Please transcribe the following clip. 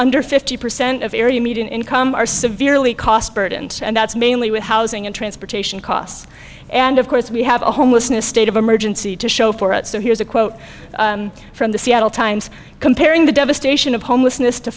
under fifty percent of the median income are severely cost burdened and that's mainly with housing and transportation costs and of course we have a homelessness state of emergency to show for it so here's a quote from the seattle times comparing the devastation of homelessness